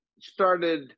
started